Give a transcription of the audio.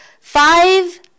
Five